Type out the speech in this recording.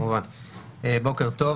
בוקר טוב,